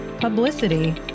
publicity